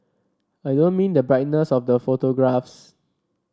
I don't mean the brightness of the photographs